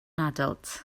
adults